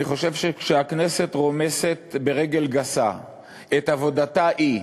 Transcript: אני חושב שכשהכנסת רומסת ברגל גסה את עבודתה היא,